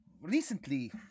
recently